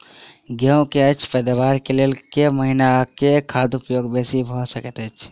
गेंहूँ की अछि पैदावार केँ लेल केँ महीना आ केँ खाद उपयोगी बेसी भऽ सकैत अछि?